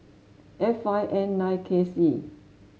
F five N nine K C